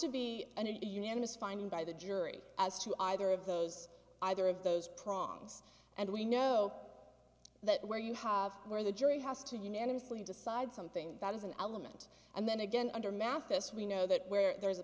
the unanimous finding by the jury as to either of those either of those prongs and we know that where you have where the jury has to unanimously decide something that is an element and then again under mathis we know that where there is a